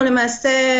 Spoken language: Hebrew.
אנחנו למעשה,